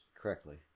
correctly